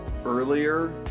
Earlier